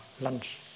lunch